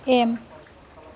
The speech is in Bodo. एम